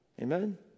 Amen